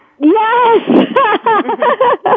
yes